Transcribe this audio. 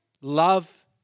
love